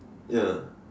ya